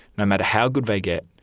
no matter how good they get,